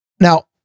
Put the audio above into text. Now